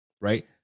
right